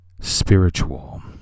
spiritual